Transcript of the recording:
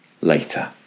later